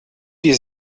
die